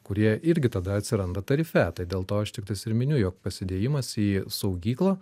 kurie irgi tada atsiranda tarife tai dėl to aš tiktais ir miniu jog pasidėjimas į saugyklą